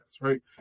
right